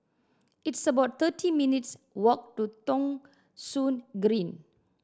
it's about thirty minutes' walk to Thong Soon Green